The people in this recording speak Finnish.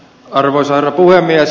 arvoisa herra puhemies